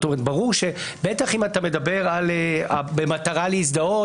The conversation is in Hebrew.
ברור שבטח אם אתה מדבר במטרה להזדהות,